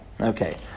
Okay